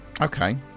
Okay